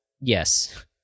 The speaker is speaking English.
yes